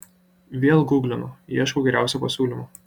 vėl guglinu ieškau geriausio pasiūlymo